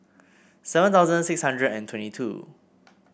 seven thousand six hundred and twenty two